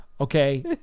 okay